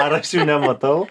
ar aš nematau